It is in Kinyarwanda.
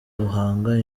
guhanga